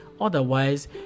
Otherwise